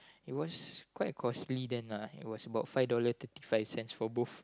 it was quite costly then lah it was about five dollar thirty five cents for both